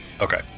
Okay